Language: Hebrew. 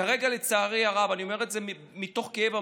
כרגע, לצערי הרב, אני אומר את זה מתוך כאב עמוק,